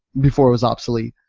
before it was obsolete.